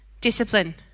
discipline